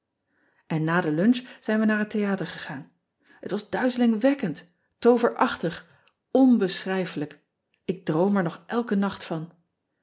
n na de lunch zijn wij naar het theater gegaan et was duizelingwekkend tooverachtig onbeschrijfelijk ik droom er nog elken nacht van